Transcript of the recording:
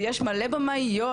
ויש מלא בימאיות,